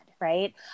right